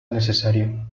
necesario